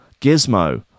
Gizmo